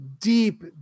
deep